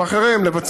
כמו גופים אחרים,